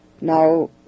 Now